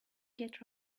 get